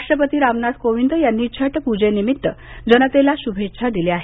राष्ट्रपती रामनाथ कोविंद यांनी छठ पूजेनिमित्त जनतेला शुभेच्छा दिल्या आहेत